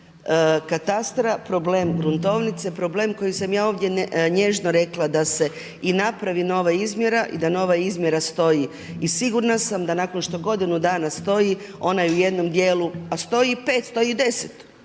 katastra, problem gruntovnice, problem koji sam ja ovdje nježno rekla da se i napravi nova izmjera i da nova izmjera stoji. I sigurna sam da nakon što godinu dana stoji ona je u jednom dijelu, a stoji i 500 i 10